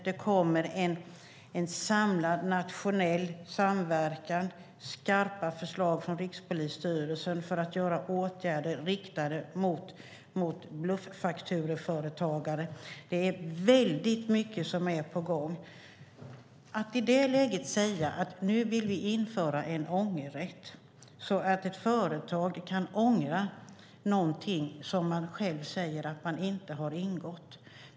Det ska bli en samlad nationell samverkan, och det kommer skarpa förslag från Rikspolisstyrelsen om att vidta åtgärder riktade mot bluffaktureföretagare. Det är väldigt mycket som är på gång. Ska vi i det läget säga att vi vill införa en ångerrätt så att ett företag kan ångra någonting som man själv säger att man inte har ingått?